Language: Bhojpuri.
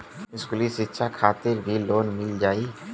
इस्कुली शिक्षा खातिर भी लोन मिल जाई?